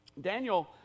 Daniel